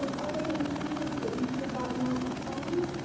um are they ingredients that you could have gotten off the farm?